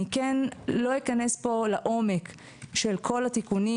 אני לא אכנס פה לעומק של כול התיקונים